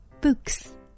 books